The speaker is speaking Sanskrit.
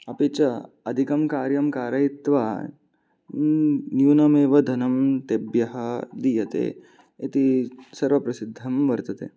अपि च अधिकं कार्यं कारयित्वा न्यू न्यूनमेव धनं तेभ्यः दीयते इति सर्वप्रसिद्धं वर्तते